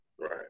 right